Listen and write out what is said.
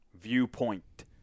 Viewpoint